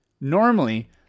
Normally